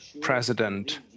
president